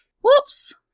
Whoops